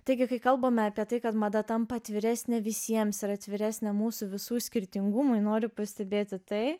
taigi kai kalbame apie tai kad mada tampa atviresnė visiems ir atviresnė mūsų visų skirtingumui noriu pastebėti tai